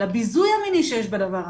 לביזוי המיני שיש בדבר הזה.